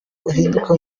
ahinduka